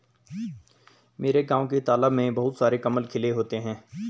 मेरे गांव के तालाब में बहुत सारे कमल खिले होते हैं